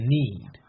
need